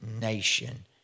nation